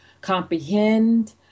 comprehend